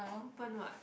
open what